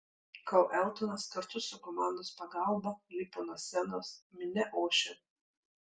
kol eltonas kartu su komandos pagalba lipo nuo scenos minia ošė